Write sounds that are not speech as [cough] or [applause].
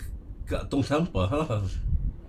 [noise] kat tong sampah lah [laughs]